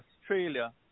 Australia